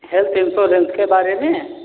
health insurance के बारे में